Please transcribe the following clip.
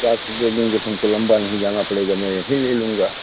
पास से ले लेंगे तो हमको लंबा नहीं जाना पड़ेगा मैं यहीं ले लूँगा